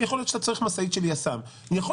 יכול להיות שאתה צריך משאית של יס"מ.